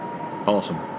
Awesome